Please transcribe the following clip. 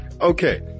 okay